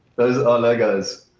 those are legos.